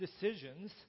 decisions